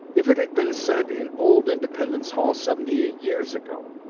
if it had been said in old independence hall seventy-eight years ago,